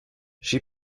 she